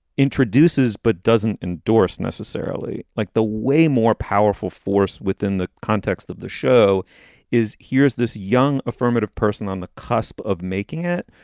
introduces but doesn't endorse necessarily like the way more powerful force within the context of the show is, here's this young affirmative person on the cusp of making it.